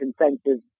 incentives